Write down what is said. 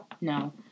no